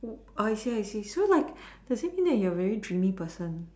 orh I see I see so like does it mean like you're a very dreamy person